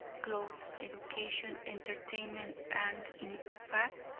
clothes, education, entertainment, and, in fact,